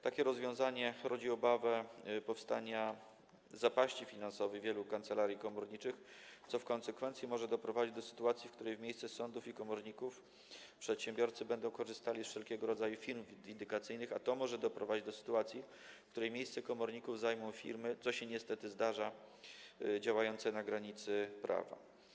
Takie rozwiązanie rodzi obawę zapaści finansowej wielu kancelarii komorniczych, co w konsekwencji może doprowadzić do sytuacji, w której zamiast zwracać się do sądów i komorników, przedsiębiorcy będą korzystali z wszelkiego rodzaju firm windykacyjnych, a to może doprowadzić do sytuacji, w której miejsce komorników zajmą firmy, co się niestety zdarza, działające na granicy prawa.